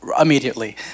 immediately